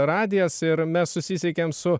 radijas ir mes susisiekėm su